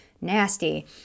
nasty